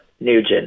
Nugent